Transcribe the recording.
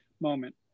moment